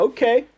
Okay